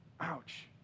Ouch